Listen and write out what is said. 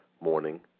morning